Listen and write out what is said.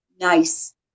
nice